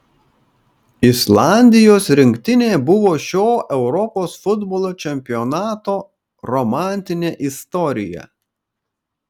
islandijos rinktinė buvo šio europos futbolo čempionato romantinė istorija